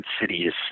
cities